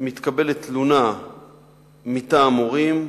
מתקבלת תלונה מטעם הורים,